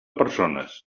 persones